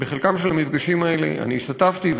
בחלק מהמפגשים האלה השתתפתי,